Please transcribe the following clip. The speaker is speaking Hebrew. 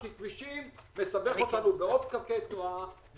כי כבישים מסבכים אותנו בעוד פקקי תאונה,